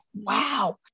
wow